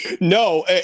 No